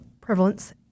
prevalence